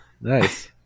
Nice